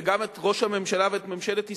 וגם את ראש הממשלה ואת ממשלת ישראל.